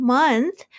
Month